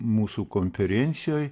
mūsų konferencijoj